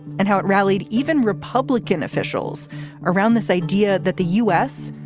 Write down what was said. and how it rallied even republican officials around this idea that the u s.